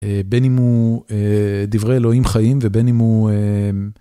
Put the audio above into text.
בין אם הוא דברי אלוהים חיים ובין אם הוא.